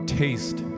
taste